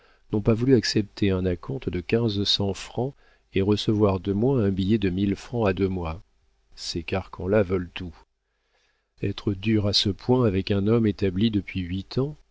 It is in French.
n'ont pas voulu accepter un à-compte de quinze cents francs et recevoir de moi un billet de mille francs à deux mois ces carcans là veulent tout être dur à ce point avec un homme établi depuis huit ans